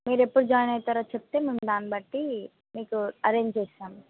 మీరు ఎప్పుడు జాయిన్ అవుతారో చెప్తే మేము దాన్ని బట్టి మీకు అరేంజ్ చేస్తాము